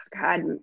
God